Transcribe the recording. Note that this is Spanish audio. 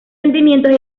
sentimientos